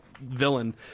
villain